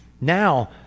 Now